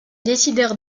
décidèrent